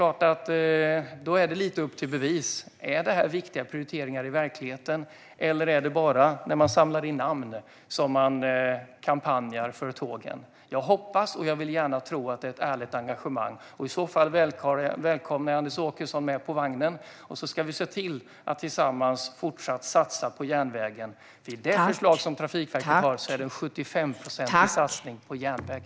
Då är det lite upp till bevis. Är detta viktiga prioriteringar i verkligheten, eller är det bara när man samlar in namn som man kampanjar för tågen? Jag hoppas och vill gärna tro att det är ett ärligt engagemang. I så fall välkomnar jag Anders Åkesson med på vagnen så vi kan se till att tillsammans fortsätta satsa på järnvägen. I förslaget från Trafikverket görs en 75-procentig satsning på järnvägen.